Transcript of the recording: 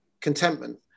contentment